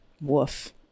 woof